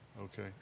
Okay